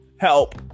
help